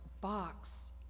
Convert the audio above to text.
box